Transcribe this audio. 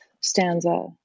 stanza